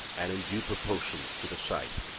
and in due proportion to the sight